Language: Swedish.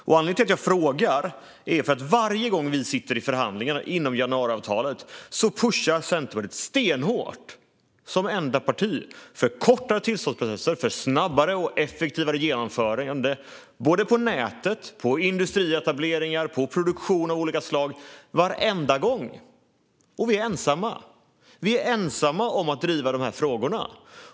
Anledningen till att jag frågar är att varje gång vi sitter i förhandlingar inom januariavtalet pushar Centerpartiet, som enda parti, stenhårt på för kortare tillståndsprocesser och snabbare och effektivare genomförande, såväl på nätet som för industrietableringar och produktion av olika slag. Varenda gång! Och vi är ensamma om att driva dessa frågor.